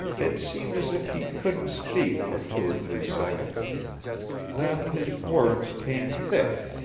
it seemed as if he couldn't speak for two or three seconds then his words came thick.